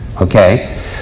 Okay